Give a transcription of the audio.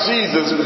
Jesus